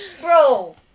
bro